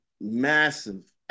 massive